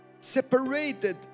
separated